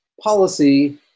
policy